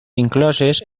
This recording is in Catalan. incloses